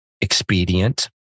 expedient